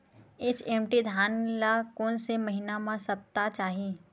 HMT धान ल कोन से महिना म सप्ता चाही?